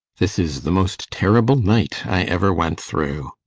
this is the most terrible night i ever went through.